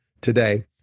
today